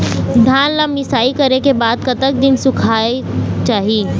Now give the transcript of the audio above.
धान ला मिसाई करे के बाद कतक दिन सुखायेक चाही?